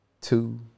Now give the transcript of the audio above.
Two